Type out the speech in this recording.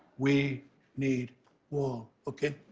we need wall. okay?